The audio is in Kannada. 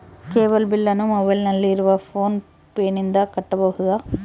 ಕೇಬಲ್ ಬಿಲ್ಲನ್ನು ಮೊಬೈಲಿನಲ್ಲಿ ಇರುವ ಫೋನ್ ಪೇನಿಂದ ಕಟ್ಟಬಹುದಾ?